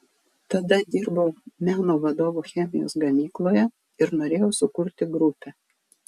tada dirbau meno vadovu chemijos gamykloje ir norėjau sukurti grupę